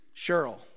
Cheryl